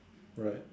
right